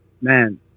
man